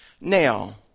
Now